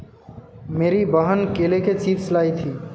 मेरी बहन केले के चिप्स लाई थी